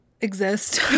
exist